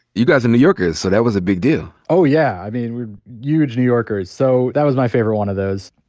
you guys are new yorkers, so that was a big deal. oh, yeah, i mean, we're huge new yorkers. so that was my favorite one of those.